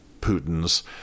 Putin's